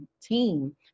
team